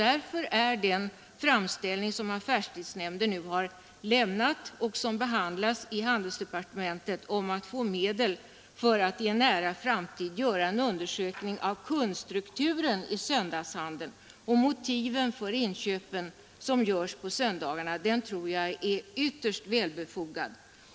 Därför tror jag att den framställning som affärstidsnämnden nu har gjort och som behandlas i handelsdepartementet, om att få medel för att i en nära framtid göra en undersökning av kundstrukturen i söndagshandeln och motiven för inköpen i denna handel, är ytterst välbefogad.